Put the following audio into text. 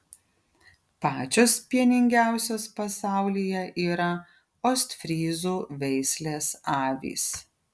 pačios pieningiausios pasaulyje yra ostfryzų veislės avys